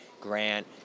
Grant